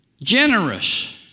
generous